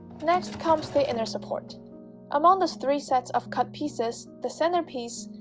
next comes the inner support among the three sets of cut pieces the center piece,